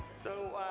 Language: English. so,